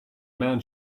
man